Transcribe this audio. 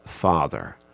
father